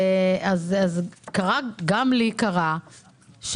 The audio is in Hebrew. גם לי כעצמאית קרה,